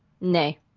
Nay